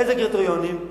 איזה קריטריונים?